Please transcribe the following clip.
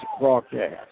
broadcast